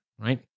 right